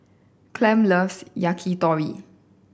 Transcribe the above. Clem loves Yakitori